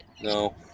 No